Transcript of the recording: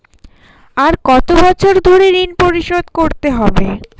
আর কত বছর ধরে ঋণ পরিশোধ করতে হবে?